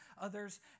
others